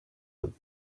him